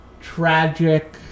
tragic